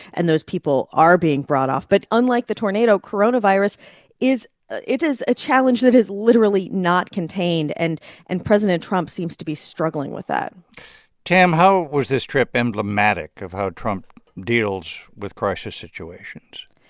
and those people are being brought off. but unlike the tornado, coronavirus is it is a challenge that is literally not contained. and and president trump seems to be struggling with that tam, how was this trip emblematic of how trump deals with crisis situations?